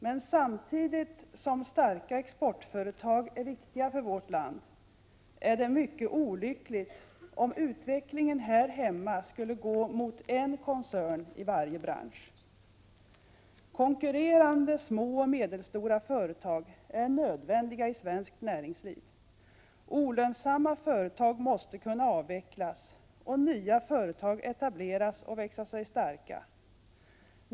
Men samtidigt som starka exportföretag är viktiga för vårt land, är det mycket olyckligt om utvecklingen här hemma skulle gå mot en koncern för varje bransch. Konkurrerande små och medelstora företag är nödvändiga i svenskt näringsliv. Olönsamma företag måste kunna avvecklas och nya företag etableras och växa sig starka.